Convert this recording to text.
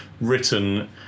written